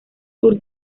sur